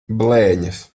blēņas